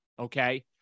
Okay